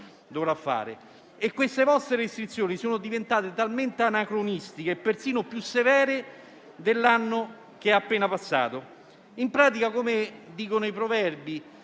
dovrà fare. E queste vostre restrizioni sono diventate ormai anacronistiche e persino più severe dell'anno appena passato. In pratica, come dicono i proverbi,